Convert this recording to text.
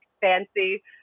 fancy